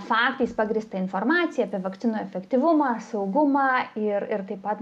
faktais pagrįstą informaciją apie vakcinų efektyvumą saugumą ir ir taip pat